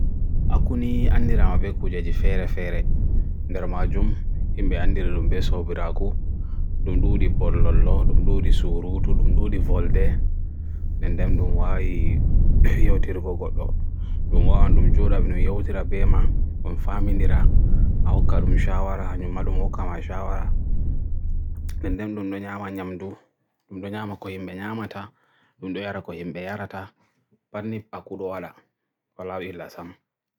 Aku ni ɓe jogii gese feere feere waɗi laawol ɓe, tee ɓe jogii gite mawɗe e laana. ɓe waɗi haɓre sembe, ko ɓe waawi mimmiɗe jom naatirɗe e loowdi. Gite ɓe jogii daɗɗo e yowita, ko ɓe waawi lootude nattuji e ñaamude. Ɓe jogii laana zygodactyl, ɗum ko gite ɓe jogii hoore fowruuɗi e dow laawol, tee ɓe waɗi heɓude jam e woodude ko honɗun. Parrot ɓe ɗon maɓɓe e gite gonga, ɓe waawi waɗde cuuɗi e jaaɓe. ɓe ɗon rewɓe ndiyam waɗi, ko ɓe waɗi moƴƴi e suusude.